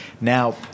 now